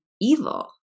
evil